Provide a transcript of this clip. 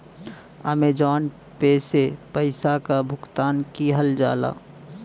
Amazon pay से पइसा क भुगतान किहल जाला